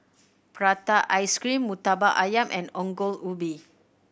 prata ice cream Murtabak Ayam and Ongol Ubi